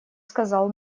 сказал